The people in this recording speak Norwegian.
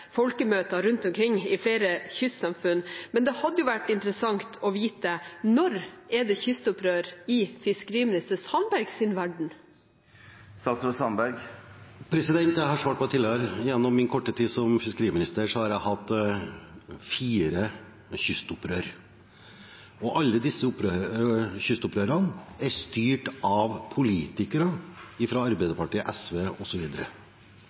folkemøter rundt omkring i flere kystsamfunn. Men det hadde vært interessant å vite: Når er det kystopprør i fiskeriminister Sandbergs verden? Jeg har svart på det tidligere. Gjennom min korte tid som fiskeriminister har vi hatt fire kystopprør. Alle disse kystopprørene er styrt av politikere fra Arbeiderpartiet, SV